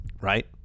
right